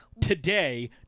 today